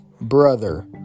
brother